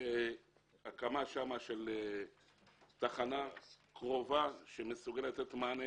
בהקמה של תחנה קרובה לשם שמסוגלת לתת מענה